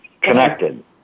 connected